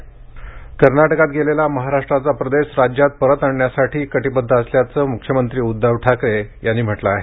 सीमा भाग अभिवादन कर्नाटकात गेलेला महाराष्ट्राचा प्रदेश राज्यात परत आणण्यासाठी कटिबद्ध असल्याचे मुख्यमंत्री उद्दव ठाकरे यांनी म्हटले आहे